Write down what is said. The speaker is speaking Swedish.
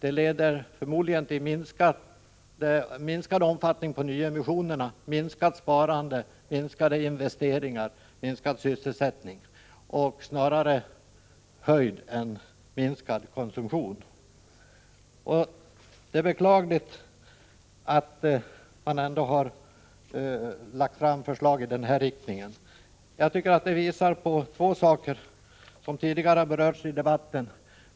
Det leder förmodligen till minskad omfattning på nyemissionerna, minskat sparande, minskade investeringar, minskad sysselsättning och snarare höjd än minskad konsumtion. Det är beklagligt att man har lagt fram förslag i denna riktning. Jag tycker att det visar på två saker, som tidigare har berörts i debatten.